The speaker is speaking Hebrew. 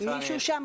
מישהו שם